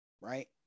right